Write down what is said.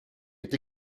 est